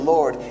Lord